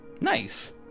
Nice